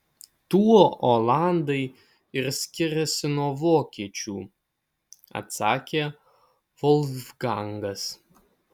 tuo olandai ir skiriasi nuo vokiečių atsakė volfgangas